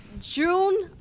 june